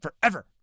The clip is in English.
forever